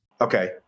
okay